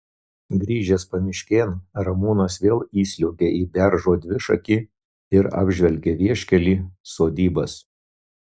grįžęs pamiškėn ramūnas vėl įsliuogia į beržo dvišakį ir apžvelgia vieškelį sodybas